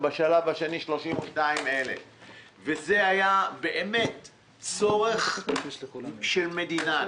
ובשלב השני 32,000. זה היה באמת צורך של מדינה.